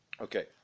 Okay